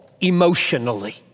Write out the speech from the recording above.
emotionally